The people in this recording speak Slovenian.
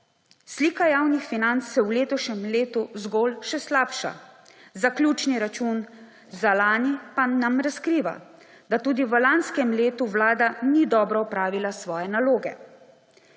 Slika javnih financ se v letošnjem letu zgolj še slabša. Zaključni račun za lani pa nam razkriva, da tudi v lanskem letu vlada ni dobro opravila svoje naloge.